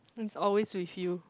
it's always with you